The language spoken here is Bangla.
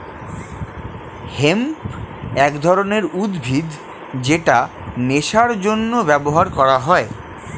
হেম্প এক ধরনের উদ্ভিদ যেটা নেশার জন্য ব্যবহার করা হয়